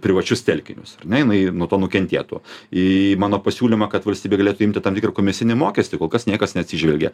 privačius telkinius ar ne jinai nuo to nukentietų į mano pasiūlymą kad valstybė galėtų imti tam tikrą komisinį mokestį kol kas niekas neatsižvelgė